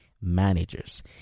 managers